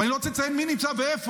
ואני לא רוצה לציין מי נמצא ואיפה.